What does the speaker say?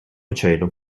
cielo